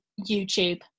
YouTube